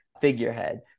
figurehead